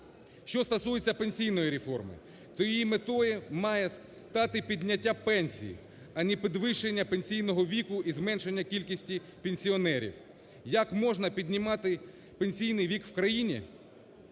Що стосується пенсійної реформи, то її метою має стати підняття пенсій, а не підвищення пенсійного віку і зменшення кількості пенсіонерів. Як можна піднімати пенсійний вік в країні